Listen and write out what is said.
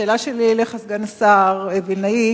השאלה שלי אליך, סגן השר וילנאי: